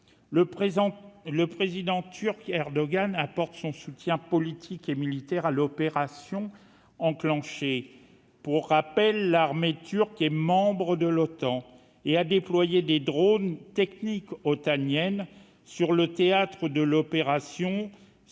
Le président turc Erdogan apporte son soutien politique et militaire à l'opération déclenchée par l'Azerbaïdjan- pour rappel, l'armée turque est membre de l'OTAN et a déployé des drones, technique otanienne, sur le théâtre des opérations. La